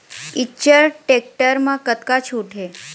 Eicher tractor म कतका छूट हे?